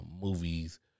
movies